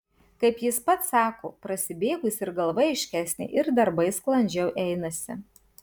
kaip jis pats sako prasibėgus ir galva aiškesnė ir darbai sklandžiau einasi